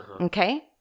okay